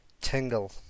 Tingle